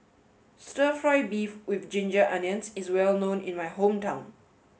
Stir Fry Beef with Ginger Onions is well known in my hometown